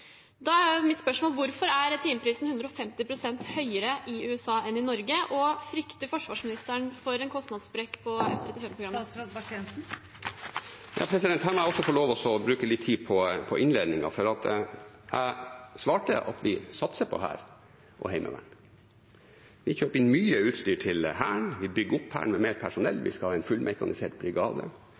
Da er mitt spørsmål: Hvorfor er timeprisen 150 pst. høyere i USA enn i Norge, og frykter forsvarsministeren for en kostnadssprekk på F-35-programmet? Her må jeg få lov til å bruke litt tid på innledningen, for jeg svarte at vi satser på hær og heimevern. Vi kjøper inn mye utstyr til Hæren, vi bygger opp Hæren med mer personell, vi skal ha en fullmekanisert brigade.